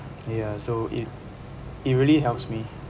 ya so it it really helps me